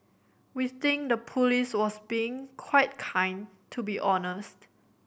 we think the police was being quite kind to be honest